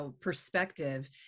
perspective